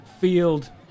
field